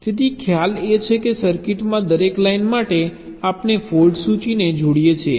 તેથી ખ્યાલ એ છે કે સર્કિટમાં દરેક લાઇન માટે આપણે ફોલ્ટ સૂચિને જોડીએ છીએ